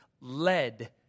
led